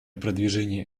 продвижения